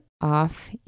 off